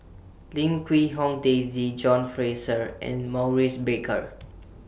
Lim Quee Hong Daisy John Fraser and Maurice Baker